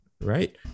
Right